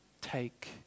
take